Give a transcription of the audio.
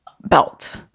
belt